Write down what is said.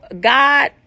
God